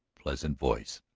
pleasant voice,